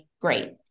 Great